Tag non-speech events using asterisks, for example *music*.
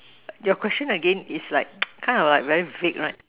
your question again is like *noise* kind of like very vague right